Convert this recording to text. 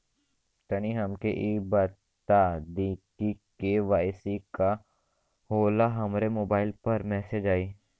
तनि हमके इ बता दीं की के.वाइ.सी का होला हमरे मोबाइल पर मैसेज आई?